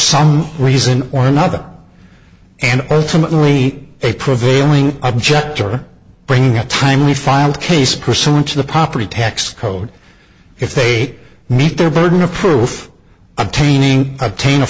some reason or another and ultimately a prevailing object or bring a timely filed case pursuant to the property tax code if they meet their burden of proof obtaining obtain